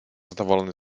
zadowolony